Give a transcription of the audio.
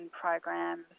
programs